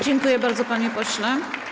Dziękuję bardzo, panie pośle.